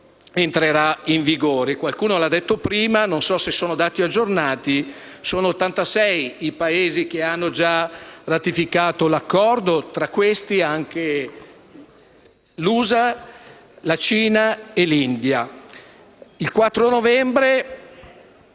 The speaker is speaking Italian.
Il 4 novembre